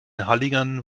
halligen